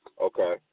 Okay